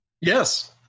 Yes